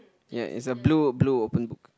ya is a blue blue open book